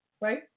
right